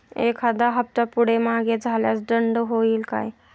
एखादा हफ्ता पुढे मागे झाल्यास दंड होईल काय?